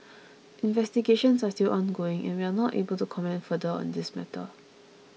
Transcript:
investigations are still ongoing and we are not able to comment further on this matter